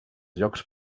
llocs